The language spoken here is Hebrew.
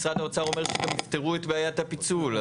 משרד האוצר אומר שאולי הם יפתרו את בעיית הפיצול.